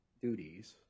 duties